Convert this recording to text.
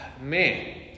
man